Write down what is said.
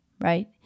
Right